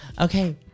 Okay